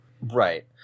right